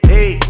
Hey